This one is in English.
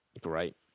Great